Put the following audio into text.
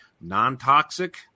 non-toxic